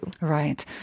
Right